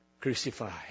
crucified